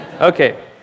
Okay